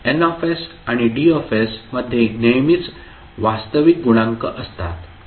N आणि D मध्ये नेहमीच वास्तविक गुणांक असतात